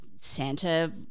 Santa